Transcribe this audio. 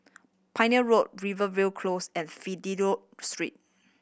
Pioneer Road Rivervale Close and Fidelio Street